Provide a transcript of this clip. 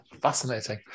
fascinating